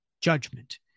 judgment